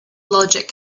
logic